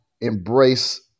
embrace